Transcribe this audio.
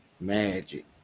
Magic